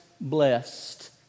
blessed